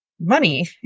money